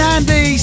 Andy